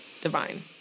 divine